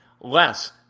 less